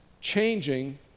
changing